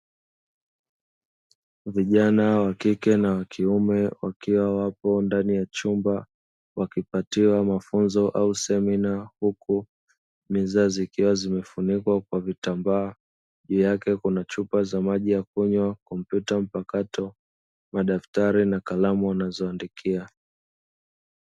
Vijana wa kike na wa kiume wakiwa wapo ndani ya chumba wakipatiwa mafunzo au semina, huku bidhaa zikiwa zimefunikwa kwa vitambaa. Juu yake kuna chupa za maji ya kunywa, kompyuta mpakato, madaftari na kalamu wanazoandikia.